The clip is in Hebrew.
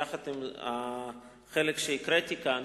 יחד עם החלק שקראתי כאן,